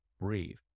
breathe